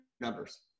numbers